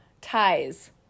ties